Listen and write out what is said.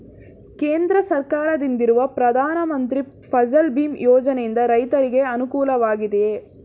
ಕೇಂದ್ರ ಸರ್ಕಾರದಿಂದಿರುವ ಪ್ರಧಾನ ಮಂತ್ರಿ ಫಸಲ್ ಭೀಮ್ ಯೋಜನೆಯಿಂದ ರೈತರಿಗೆ ಅನುಕೂಲವಾಗಿದೆಯೇ?